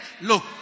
Look